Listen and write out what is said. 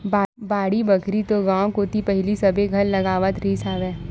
बाड़ी बखरी तो गाँव कोती पहिली सबे घर लगावत रिहिस हवय